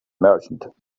merchant